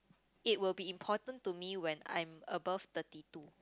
it will be important to me when I'm above thirty two